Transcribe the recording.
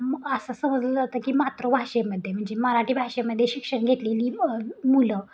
मग असं समजलं जातं की मातृभाषेमध्ये म्हणजे मराठी भाषेमध्ये शिक्षण घेतलेली मुलं